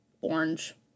orange